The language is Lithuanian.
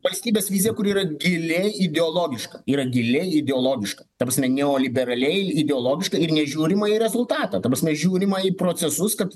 valstybės vizija kuri yra giliai ideologiška yra giliai ideologiška ta prasme neoliberaliai ideologiška ir neįžiūrima į rezultatą ta prasme žiūrima į procesus kad